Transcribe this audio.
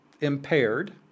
impaired